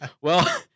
well-